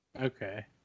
okay